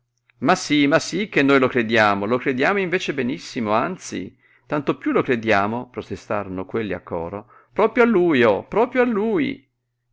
ma sí ma sí che noi lo crediamo lo crediamo invece benissimo anzi tanto piú lo crediamo protestarono quelli a coro proprio a lui oh proprio a lui